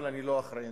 אבל אני לא אחראי,